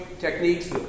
techniques